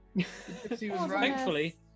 Thankfully